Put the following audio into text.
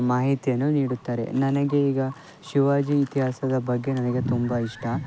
ಮಾಹಿತಿಯನ್ನು ನೀಡುತ್ತಾರೆ ನನಗೆ ಈಗ ಶಿವಾಜಿ ಇತಿಹಾಸದ ಬಗ್ಗೆ ನನಗೆ ತುಂಬ ಇಷ್ಟ